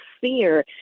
fear